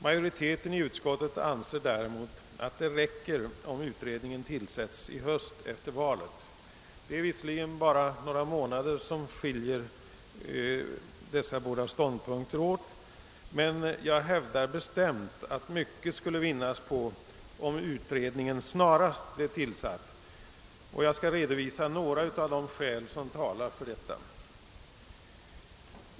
Majoriteten i utskottet anser däremot, att det räcker om utredningen tillsätts i höst efter valet. Det är visserligen fråga om en tidsskillnad på bara några månader, men jag hävdar bestämt att mycket skulle vinnas om utredningen snarast bleve tillsatt, och jag skall redovisa några av de skäl som talar härför.